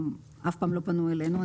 אף פעם לא פנו אלינו.